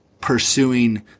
pursuing